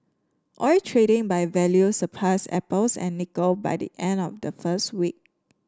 oil trading by value surpassed apples and nickel by the end of the first week